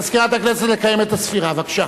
מזכירת הכנסת, לקיים את ההצבעה.